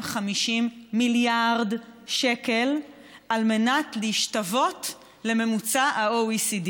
מיליארד שקל על מנת להשתוות לממוצע ב-OECD,